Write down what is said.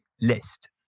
list